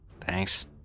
Thanks